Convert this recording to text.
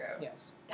Yes